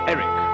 Eric